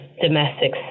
domestic